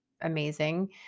amazing